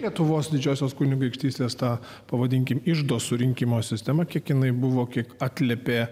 lietuvos didžiosios kunigaikštystės tą pavadinkime iždo surinkimo sistema kiek jinai buvo kiek atliepia